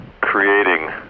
creating